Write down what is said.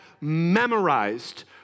memorized